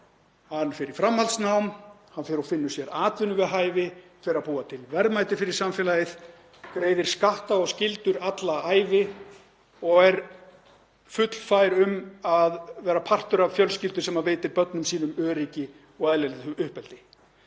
Hann fer í framhaldsnám, hann fer og finnur sér atvinnu við hæfi, fer að búa til verðmæti fyrir samfélagið, greiðir skatta og skyldur alla ævi og er fullfær um að vera partur af fjölskyldu sem veitir börnum sínum öryggi og eðlilegt uppeldi.